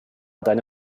deine